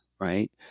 right